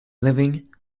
living